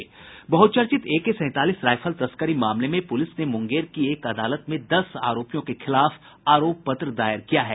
बहुचर्चित एके सैंतालीस राइफल तस्करी मामले में पुलिस ने मुंगेर की एक अदालत में दस आरोपियों के खिलाफ आरोप पत्र दायर किया है